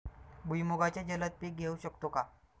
भुईमुगाचे जलद पीक घेऊ शकतो का?